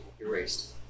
erased